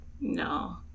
No